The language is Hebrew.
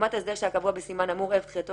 לעומת ההסדר שהיה קבוע בסימן האמור ערב תחילתו